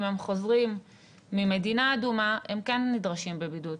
אם הם חוזרים ממדינה אדומה הם כן נדרשים בבידוד.